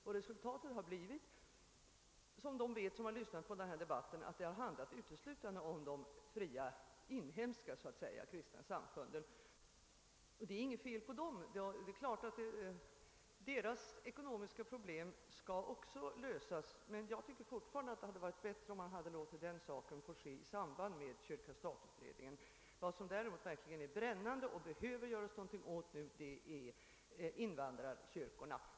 De som lyssnat på denna debatt vet att resultatet blivit att debatten uteslutande kommit att handla om de fria inhemska kristna samfunden. Det är inte något fel på dem. Det är klart att också deras ekonomiska problem skall lösas, men jag tycker fortfarande att det hade varit bättre om man låtit den saken få ske i samband med kyrka —stat-utredningen. Vad som däremot verkligen är brännande och behöver göras någonting åt nu är invandrarkyrkorna.